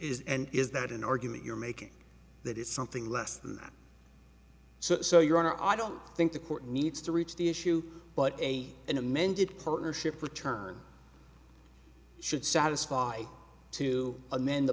is and is that an argument you're making that is something less than that so your honor i don't think the court needs to reach the issue but a an amended partnership return should satisfy to amend the